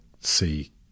see